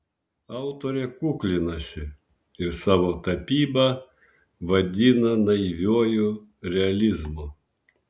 autorė kuklinasi ir savo tapybą vadina naiviuoju realizmu